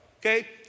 Okay